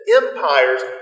empires